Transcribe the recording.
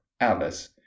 Alice